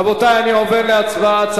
רבותי, אני עובר להצבעה.